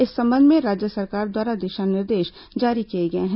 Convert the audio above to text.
इस संबंध में राज्य सरकार द्वारा दिशा निर्देश जारी किए गए हैं